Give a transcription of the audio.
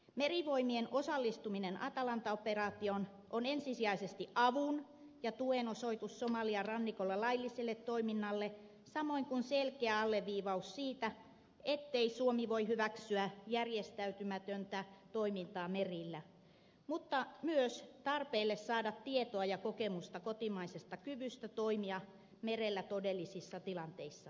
merivoimien osallistuminen atalanta operaatioon on ensisijaisesti avun ja tuen osoitus somalian rannikolla lailliselle toiminnalle samoin kuin selkeä alleviivaus sille ettei suomi voi hyväksyä järjestäytymätöntä toimintaa merillä mutta myös tarpeelle saada tietoa ja kokemusta kotimaisesta kyvystä toimia merellä todellisissa tilanteissa